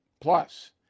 Plus